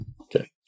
Okay